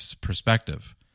perspective